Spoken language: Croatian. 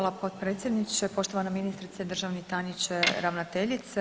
Hvala potpredsjedniče, poštovana ministrice, državni tajniče, ravnateljice.